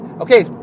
okay